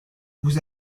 vous